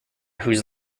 whose